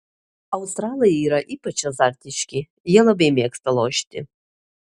australai yra ypač azartiški jie labai mėgsta lošti